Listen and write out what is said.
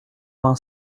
vingt